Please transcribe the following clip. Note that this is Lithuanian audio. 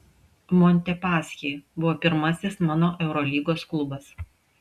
montepaschi buvo pirmasis mano eurolygos klubas